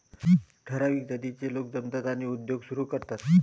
ठराविक जातीचे लोक जमतात आणि जातीचा उद्योग सुरू करतात